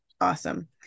awesome